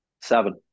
Seven